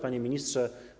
Panie Ministrze!